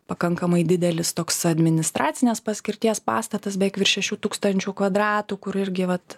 pakankamai didelis toks administracinės paskirties pastatas beveik virš šešių tūkstančių kvadratų kur irgi vat